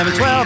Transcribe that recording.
12